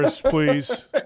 please